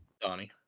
Donnie